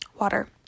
water